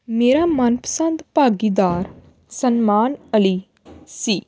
ਮੇਰਾ ਮਨਪਸੰਦ ਭਾਗੀਦਾਰ ਸਲਮਾਨ ਅਲੀ ਸੀ